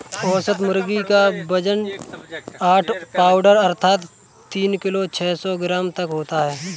औसत मुर्गी क वजन आठ पाउण्ड अर्थात तीन किलो छः सौ ग्राम तक होता है